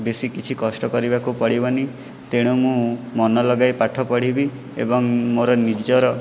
ବେଶି କିଛି କଷ୍ଟ କରିବାକୁ ପଡ଼ିବନାହିଁ ତେଣୁ ମୁଁ ମନ ଲଗାଇ ପାଠ ପଢ଼ିବି ଏବଂ ମୋର ନିଜର